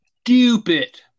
Stupid